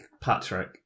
Patrick